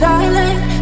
Silent